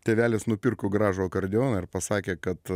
tėvelis nupirko gražų akordeoną ir pasakė kad